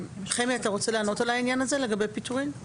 חמי, אתה רוצה לענות על העניין הזה, לגבי פיטורים?